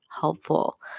helpful